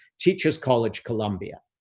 teachers college, columbia.